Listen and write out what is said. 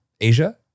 Asia